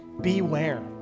Beware